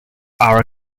our